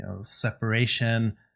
separation